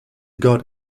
got